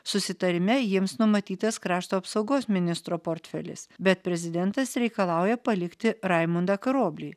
susitarime jiems numatytas krašto apsaugos ministro portfelis bet prezidentas reikalauja palikti raimundą karoblį